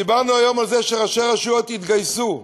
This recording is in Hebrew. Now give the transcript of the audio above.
דיברנו היום על זה שראשי רשויות התגייסו,